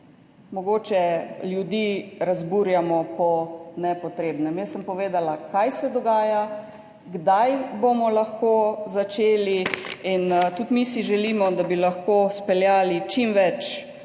mogoče ljudi razburjamo po nepotrebnem. Jaz sem povedala, kaj se dogaja, kdaj bomo lahko začeli. Tudi mi si želimo, da bi lahko izpeljali čim več